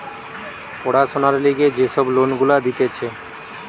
পড়াশোনার লিগে যে সব লোন গুলা দিতেছে